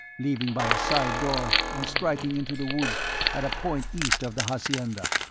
leaving by a side door and striking into the woods at a point east of the hacienda,